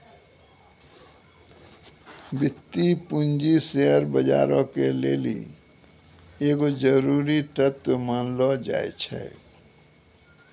वित्तीय पूंजी शेयर बजारो के लेली एगो जरुरी तत्व मानलो जाय छै